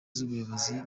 z’ubuyobozi